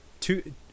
two